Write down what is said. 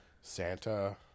Santa